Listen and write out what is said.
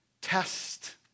Test